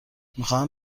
میخواهم